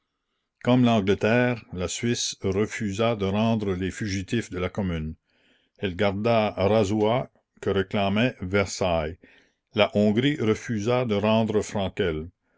comme l'angleterre la suisse refusa de rendre les fugitifs de la commune elle garda razoua que réclamait versailles la hongrie refusa de rendre frankel